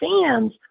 fans